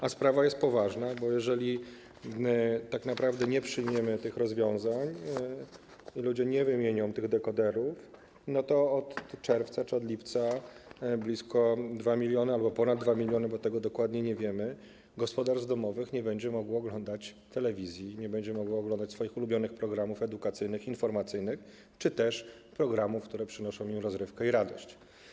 A sprawa jest poważna, bo jeżeli nie przyjmiemy tych rozwiązań i ludzie nie wymienią dekoderów, to od czerwca czy lipca blisko 2 mln albo ponad 2 mln, bo tego dokładnie nie wiemy, gospodarstw domowych nie będzie mogło oglądać telewizji, nie będzie mogło oglądać swoich ulubionych programów edukacyjnych, informacyjnych czy też programów, które przynoszą im rozrywkę i radość.